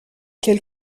quelle